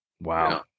Wow